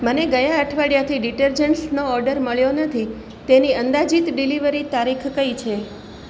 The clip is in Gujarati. મને ગયા અઠવાડીયાથી ડીટરજંટ્સનો ઓર્ડર મળ્યો નથી તેની અંદાજીત ડિલિવરી તારીખ કઈ છે